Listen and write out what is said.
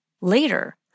Later